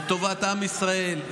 לטובת עם ישראל,